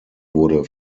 wurde